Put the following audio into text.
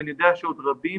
ואני יודע שעוד רבים